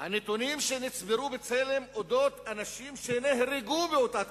הנתונים שנצברו ב"בצלם" על אנשים שנהרגו באותה תקופה,